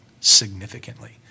significantly